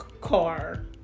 car